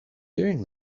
doing